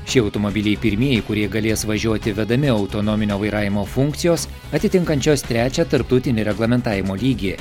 šie automobiliai pirmieji kurie galės važiuoti vedami autonominio vairavimo funkcijos atitinkančios trečią tarptautinį reglamentavimo lygį